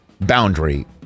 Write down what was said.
boundary